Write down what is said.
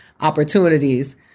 opportunities